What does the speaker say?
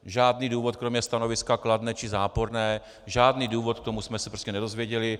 Žádný důvod kromě stanoviska kladné či záporné, žádný důvod k tomu jsme se prostě nedozvěděli.